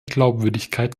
glaubwürdigkeit